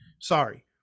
Sorry